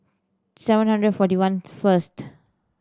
seven hundred forty one first